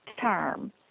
term